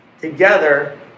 together